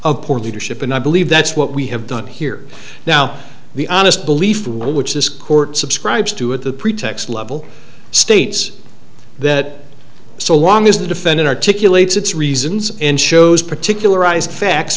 of poor leadership and i believe that's what we have done here now the honest belief which this court subscribes to at the pretext level states that so long as the defendant articulate its reasons and shows particularized facts